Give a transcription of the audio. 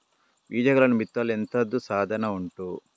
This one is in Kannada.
ಬೀಜಗಳನ್ನು ಬಿತ್ತಲು ಎಂತದು ಸಾಧನ ಉಂಟು?